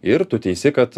ir tu teisi kad